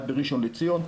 אחד בראשון לציון,